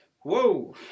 Whoa